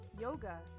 Yoga